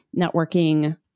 networking